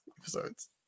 episodes